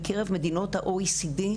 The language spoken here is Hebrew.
בקרב מדינות ה-OECD,